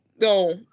No